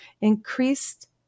increased